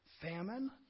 famine